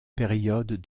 période